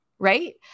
Right